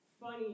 funny